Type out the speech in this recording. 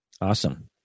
Awesome